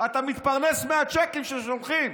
אתה מתפרנס מהצ'קים ששולחים.